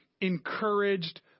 encouraged